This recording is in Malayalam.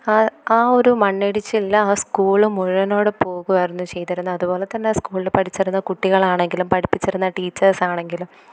ആ ആ ഒരു മണ്ണിടിച്ചിലിൽ ആ സ്കൂള് മുഴുവനോടെ പോവുകയായിരുന്നു ചെയ്തിരുന്നത് അതുപോലെത്തന്നെ സ്കൂളിൽ പഠിച്ചിരുന്ന കുട്ടികൾ ആണെങ്കിലും പഠിപ്പിച്ചിരുന്ന ടീച്ചേസ് ആണെങ്കിലും